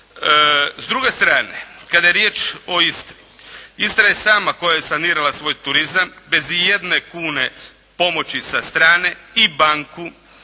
S druge strane kada je riječ o Istri, Istra je sama koja je sanirala svoj turizam bez ijedne kune pomoći sa strane i banku